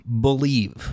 believe